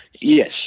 Yes